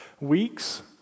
weeks